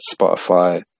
Spotify